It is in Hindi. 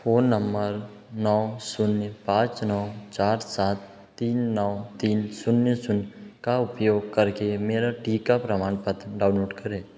फ़ोन नम्बर नौ शून्य पाँच नौ चार सात तीन नौ तीन शून्य शून्य का उपयोग करके मेरा टीका प्रमाणपत्र डाउनलोड करें